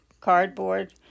cardboard